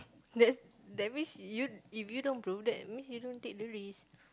that that means you if you don't do that means you don't take the risk